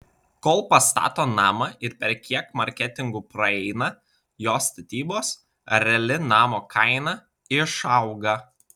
kol pastato namą ir per kiek marketingų praeina jo statybos reali namo kaina išauga